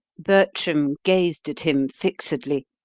bertram gazed at him fixedly.